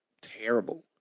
terrible